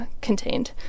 contained